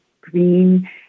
green